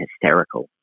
hysterical